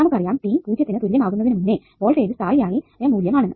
നമുക്ക് അറിയാം t 0 ത്തിനു തുല്യം ആകുന്നതിനു മുന്നേ വോൾട്ടേജ് സ്ഥായിയായ മൂല്യം ആണെന്ന്